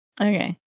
Okay